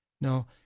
no